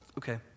Okay